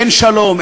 כן שלום,